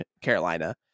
Carolina